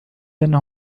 أنه